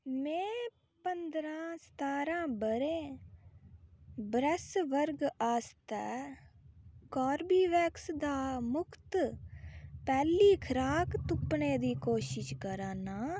में पंदरां सतारां ब'रें बरैस वर्ग आस्तै कॉर्बेवैक्स दा मुख्त पैह्ली खराक तुप्पने दी कोशश करा नां